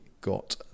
got